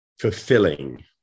fulfilling